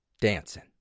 dancing